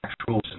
actual